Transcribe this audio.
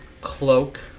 cloak